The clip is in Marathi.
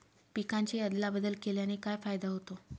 पिकांची अदला बदल केल्याने काय फायदा होतो?